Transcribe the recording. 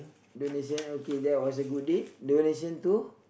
donation okay that was a good deed donation too